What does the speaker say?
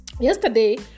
yesterday